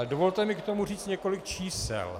Dovolte mi k tomu říct několik čísel.